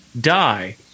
die